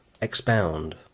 expound